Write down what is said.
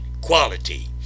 quality